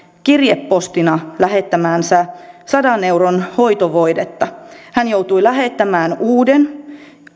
kirjepostina lähettämäänsä sadan euron hoitovoidetta hän joutui lähettämään uuden